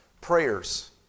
prayers